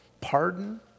pardon